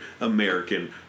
American